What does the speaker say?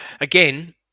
again